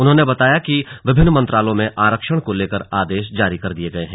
उन्होंने बताया कि विभिन्न मंत्रालयों में आरक्षण को लेकर आदेश जारी कर दिए गए हैं